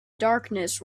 darkness